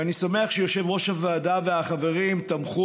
ואני שמח שיושב-ראש הוועדה והחברים תמכו